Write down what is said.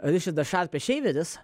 ričardas šalpe šeiveris